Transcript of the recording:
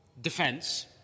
defense